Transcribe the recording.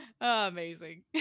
Amazing